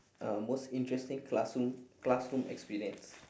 uh most interesting classroom classroom experience